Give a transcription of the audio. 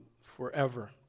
forever